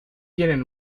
tienen